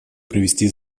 провести